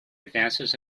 advances